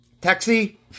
taxi